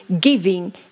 giving